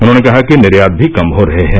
उन्होंने कहा कि निर्यात भी कम हो रहे हैं